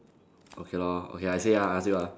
okay lor okay I say ah I ask you ah